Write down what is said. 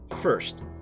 First